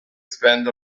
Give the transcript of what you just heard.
spend